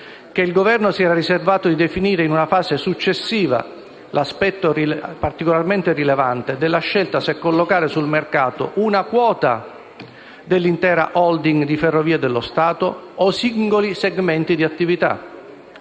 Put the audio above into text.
che il Governo si era riservato di definire in una fase successiva l'aspetto, particolarmente rilevante, della scelta se collocare sul mercato una quota dell'intera *holding* di Ferrovie dello Stato o singoli segmenti di attività;